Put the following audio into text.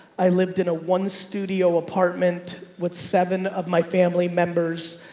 i lived in a one studio apartment with seven of my family members,